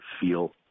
feel